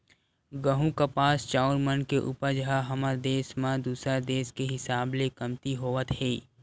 गहूँ, कपास, चाँउर मन के उपज ह हमर देस म दूसर देस के हिसाब ले कमती होवत हे